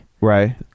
Right